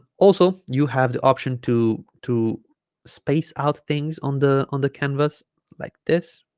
also you have the option to to space out things on the on the canvas like this